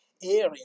area